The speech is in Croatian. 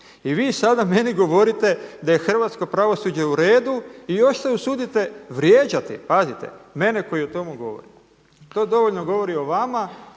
I vi sada meni govorite da je hrvatsko pravosuđe u redu i još se usudite vrijeđati, pazite mene koji o tome govorim. To dovoljno govori o vama